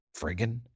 friggin